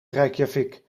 reykjavik